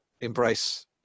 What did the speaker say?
embrace